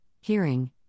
hearing